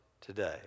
today